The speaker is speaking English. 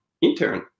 intern